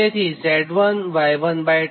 તેથી Z1Y12cosh𝛾𝑙 1 થાય